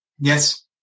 Yes